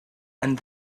and